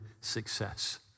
success